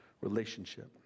relationship